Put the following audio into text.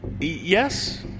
Yes